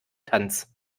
tanz